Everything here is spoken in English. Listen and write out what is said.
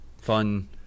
Fun